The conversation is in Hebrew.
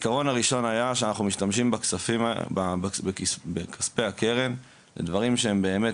העיקרון הראשון היה שאנחנו משתמשים בכספי הקרן לדברים שהם באמת,